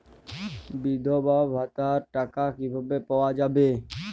বিধবা ভাতার টাকা কিভাবে পাওয়া যাবে?